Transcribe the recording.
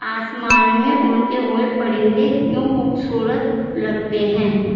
آسمان میں اڑتے ہوئے پرندے کیوں خوبصورت لگتے ہیں